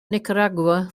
nicaragua